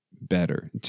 better